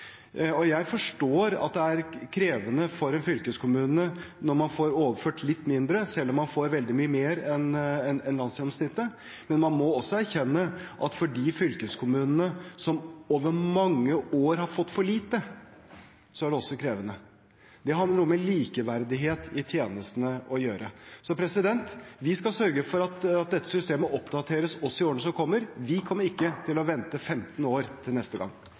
Jeg forstår at det er krevende for en fylkeskommune når man får overført litt mindre, selv om man får veldig mye mer enn landsgjennomsnittet, men man må også erkjenne at for fylkeskommuner som over mange år har fått for lite, er det også krevende. Det har noe med likeverdighet i tjenestene å gjøre. Vi skal sørge for at dette systemet oppdateres også i årene som kommer. Vi kommer ikke til å vente i 15 år til neste gang.